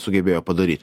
sugebėjo padaryt